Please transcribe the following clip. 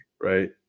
right